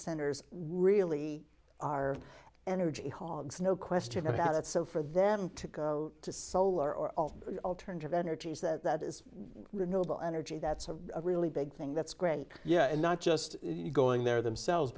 centers really are energy hogs no question about it so for them to go to solar or alternative energies that is renewable energy that's a really big thing that's great yeah and not just going there themselves